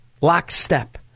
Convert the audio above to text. Lockstep